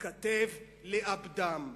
ייכתב לאבדם.